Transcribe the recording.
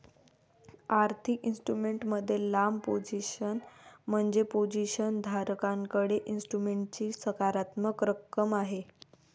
आर्थिक इन्स्ट्रुमेंट मध्ये लांब पोझिशन म्हणजे पोझिशन धारकाकडे इन्स्ट्रुमेंटची सकारात्मक रक्कम आहे